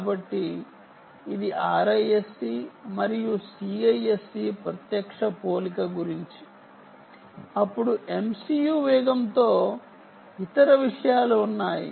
కాబట్టి ఇది RISC మరియు CISC ప్రత్యక్ష పోలిక గురించి అప్పుడు MCU వేగంతో ఇతర విషయాలు ఉన్నాయి